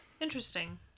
Interesting